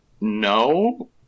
No